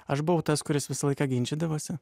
aš buvau tas kuris visą laiką ginčydavosi